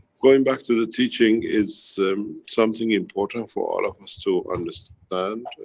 going back to the teaching it's something important for all of us to understand,